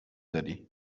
داری